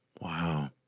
Wow